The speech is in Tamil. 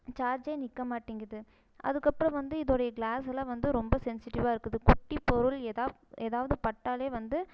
சார்ஜே நிற்க மாட்டேங்குது அதுக்கப்புறம் வந்து இதோடைய கிளாஸ்லாம் வந்து ரொம்ப சென்சிடிவ்வாக இருக்குது குட்டி பொருள் ஏதா ஏதாவது பட்டாலே வந்து